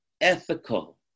ethical